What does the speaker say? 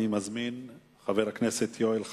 אני מזמין את חבר הכנסת יואל חסון.